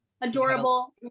adorable